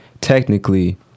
technically